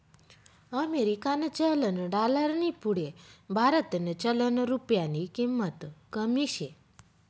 अमेरिकानं चलन डालरनी पुढे भारतनं चलन रुप्यानी किंमत कमी शे